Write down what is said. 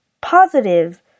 positive